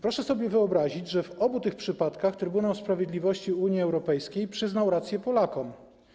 Proszę sobie wyobrazić, że w obu tych przypadkach Trybunał Sprawiedliwości Unii Europejskiej przyznał rację Polakom.